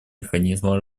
механизма